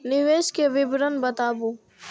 निवेश के विवरण बताबू?